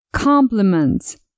Compliments